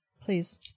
please